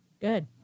Good